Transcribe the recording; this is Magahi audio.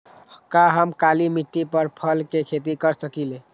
का हम काली मिट्टी पर फल के खेती कर सकिले?